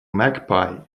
magpie